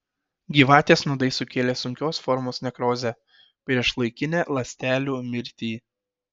gyvatės nuodai sukėlė sunkios formos nekrozę priešlaikinę ląstelių mirtį